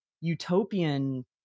utopian